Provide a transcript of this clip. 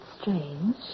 strange